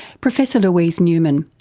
professor louise newman,